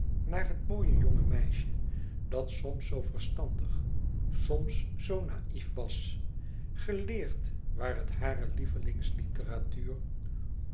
naar het mooie jonge meisje dat soms zoo verstandig soms zoo naïef was geleerd waar het hare